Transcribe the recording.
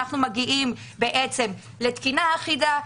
אנחנו מגיעים לתקינה אחידה,